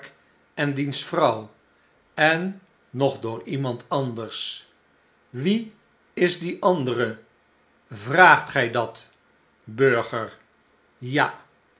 en diens vrouw en nog door iemand anders wie is die andere vraagt gy dat burger ja